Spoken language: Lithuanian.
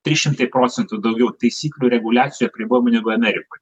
trys šimtai procentų daugiau taisyklių reguliacijų apribojimų negu amerikoj